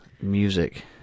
Music